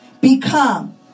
become